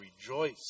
rejoice